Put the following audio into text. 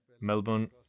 Melbourne